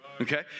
Okay